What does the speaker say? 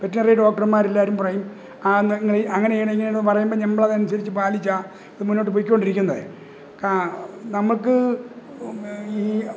veterinary ഡോക്റ്റർമാരെല്ലാവരും പറയും അങ്ങനെ ചെയ്യണം ഇങ്ങനെ ചെയ്യണമെന്ന് പറയുമ്പോള് ഞമ്മളതനുസരിച്ച് പാലിച്ചാണ് ഇത് മുന്നോട്ട് പൊയ്ക്കൊണ്ടിരിക്കുന്നത് കാ നമ്മള്ക്ക് ഈ